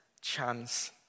chance